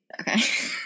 okay